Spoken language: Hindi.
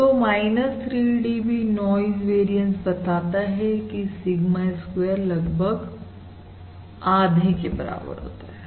तो 3 dB नॉइज वेरियंस बताता है कि सिगमा स्क्वायर लगभग आधे के बराबर होता है